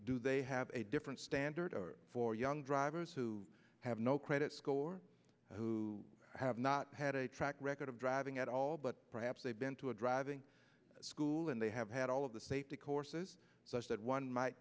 do they have a different standard for young drivers who have no credit score who have not had a track record of driving at all but perhaps they've been to a driving school and they have had all of the safety courses such that one might